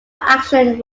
actions